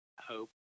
hope